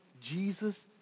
Jesus